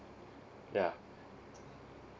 yeah